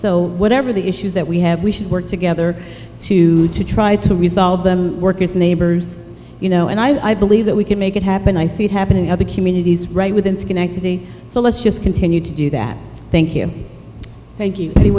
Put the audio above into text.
so whatever the issues that we have we should work together to try to resolve them workers and neighbors you know and i believe that we can make it happen i see it happening in other communities right within schenectady so let's just continue to do that thank you thank you